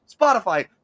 Spotify